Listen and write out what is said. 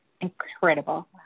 Incredible